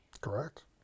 Correct